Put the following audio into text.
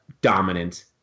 dominant